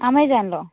అమెజన్లో